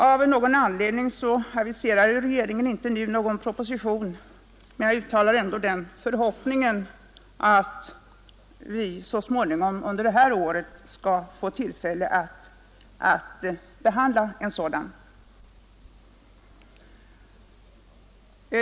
Av någon anledning har regeringen inte nu aviserat någon proposition i ärendet, men jag uttalar ändå den förhoppningen att vi så småningom under det här året skall få tillfälle att behandla en sådan.